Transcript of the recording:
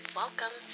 welcome